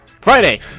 Friday